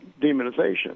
demonization